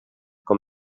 com